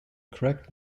correct